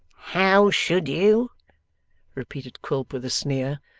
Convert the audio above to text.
how should you repeated quilp with a sneer.